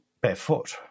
barefoot